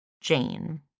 Jane